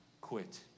quit